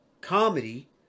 comedy